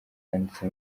yanditse